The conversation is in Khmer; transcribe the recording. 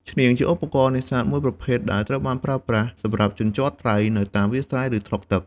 ឈ្នាង ជាឧបករណ៍នេសាទមួយប្រភេទដែលត្រូវបានប្រើប្រាស់សម្រាប់ជញ្ជាត់ត្រីនៅតាមវាលស្រែ ឬថ្លុកទឹក។